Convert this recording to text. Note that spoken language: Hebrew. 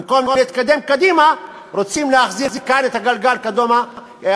במקום להתקדם רוצים להחזיר כאן את הגלגל לאחור,